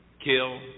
kill